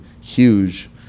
huge